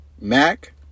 Mac